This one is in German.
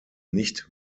nicht